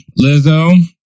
Lizzo